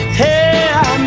hey